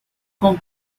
con